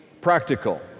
practical